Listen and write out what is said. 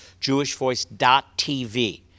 jewishvoice.tv